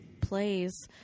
plays